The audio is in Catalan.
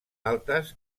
altes